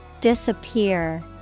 Disappear